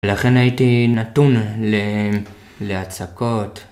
ולכן הייתי נתון ל... להצקות.